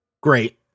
Great